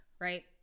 right